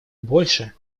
больше